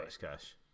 cash